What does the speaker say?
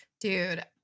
Dude